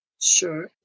Sure